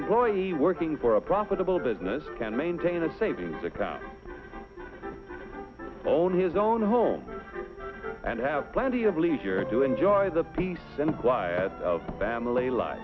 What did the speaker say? employee working for a profitable business can maintain a savings account own his own home and have plenty of leisure to enjoy the peace and quiet of bam